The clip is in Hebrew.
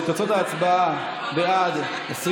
תוצאות ההצבעה: בעד,